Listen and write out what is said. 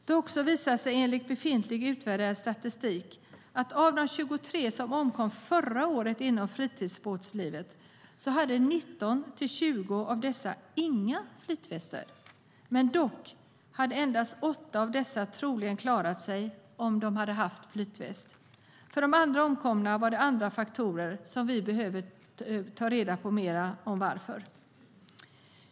Det har visat sig, enligt befintligt utvärderad statistik, att ca 20 av de 23 som omkom förra året inom fritidsbåtslivet inte hade flytväst. Dock hade endast 8 av dem troligen klarat sig om de hade haft flytväst. För de andra omkomna avgjorde andra faktorer som vi behöver ta reda på mer om.